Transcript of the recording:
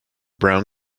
brown